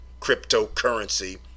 cryptocurrency